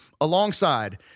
alongside